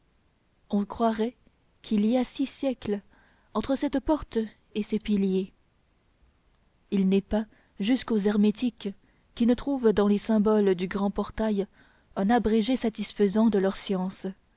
on croirait qu'il y a six siècles entre cette porte et ces piliers il n'est pas jusqu'aux hermétiques qui ne trouvent dans les symboles du grand portail un abrégé satisfaisant de leur science